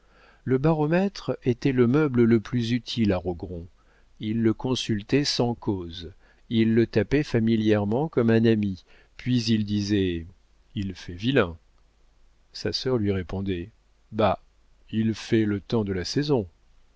le baromètre était le meuble le plus utile à rogron il le consultait sans cause il le tapait familièrement comme un ami puis il disait il fait vilain sa sœur lui répondait bah il fait le temps de la saison